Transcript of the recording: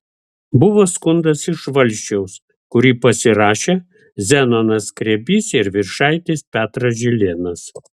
buvo skundas iš valsčiaus kurį pasirašė zenonas skrebys ir viršaitis petras žilėnas